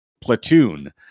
platoon